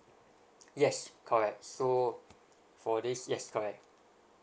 yes correct so for this yes correct